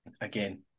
again